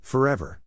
Forever